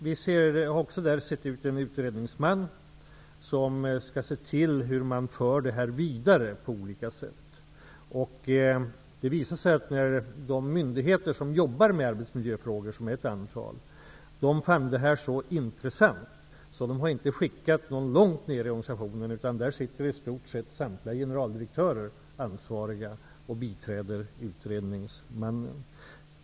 Vi har utsett en utredningsman som skall se till hur man för detta vidare på olika sätt. Det visar sig att de myndigheter som jobbar med arbetsmiljöfrågor fann detta så intressant att de inte har skickat någon som befinner sig långt ned i organisationen, utan där sitter i stort sett samtliga generaldirektörer ansvariga och biträder utredningsmannen.